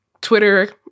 Twitter